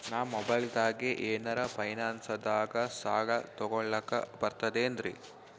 ನಾ ಮೊಬೈಲ್ದಾಗೆ ಏನರ ಫೈನಾನ್ಸದಾಗ ಸಾಲ ತೊಗೊಲಕ ಬರ್ತದೇನ್ರಿ?